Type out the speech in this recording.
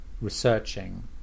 researching